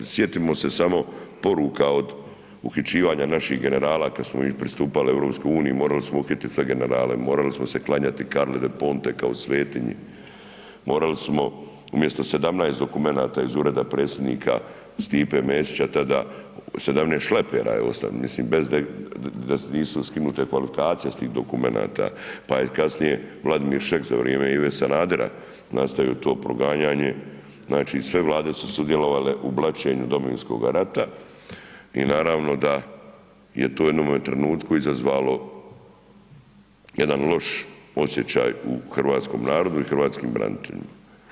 Sjetimo se samo poruka od uhićivanja naših generala kad smo mi pristupali EU, morali smo uhititi sve generale, morali smo se klanjati Carli Del Ponte kao svetinji, morali smo umjesto 17 dokumenata iz Ureda Predsjednika Stiše Mesića tada 17 šlepera, mislim, bez da nisu skinute kvalifikacije iz tih dokumenata pa je kasnije Vladimir Šeks za vrijeme Ive Sanadera nastavio to proganjanje, znači Vlade su sudjelovale u blaćenju Domovinskog rata i naravno da je to u jednome trenutku izazvalo jedan loš osjećaj u hrvatskom narodu i hrvatskim braniteljima.